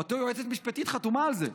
אותה יועצת משפטית חתומה על זה.